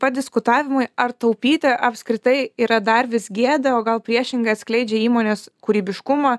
padiskutavimui ar taupyti apskritai yra dar vis gėda o gal priešingai atskleidžia įmonės kūrybiškumą